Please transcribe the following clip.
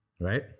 right